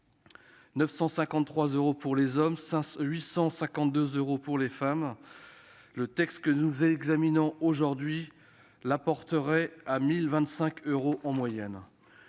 953 euros pour les hommes et 852 euros pour les femmes. Le texte que nous examinons aujourd'hui le porterait à 1 025 euros. Depuis